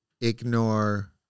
ignore